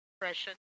depression